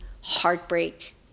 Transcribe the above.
heartbreak